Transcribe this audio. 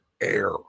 air